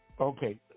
Okay